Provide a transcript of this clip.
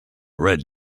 red